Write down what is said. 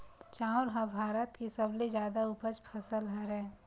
चाँउर ह भारत के सबले जादा उपज फसल हरय